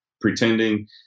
pretending